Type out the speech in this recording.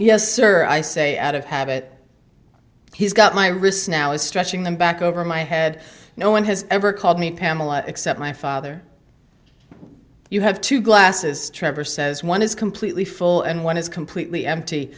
yes sir i say out of habit he's got my wrists now is stretching them back over my head no one has ever called me pamela except my father you have two glasses trevor says one is completely full and one is completely empty